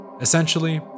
Essentially